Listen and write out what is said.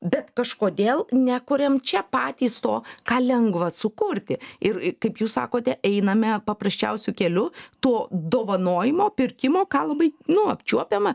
bet kažkodėl nekuriam čia patys to ką lengva sukurti ir kaip jūs sakote einame paprasčiausiu keliu to dovanojimo pirkimo ką labai nu apčiuopiame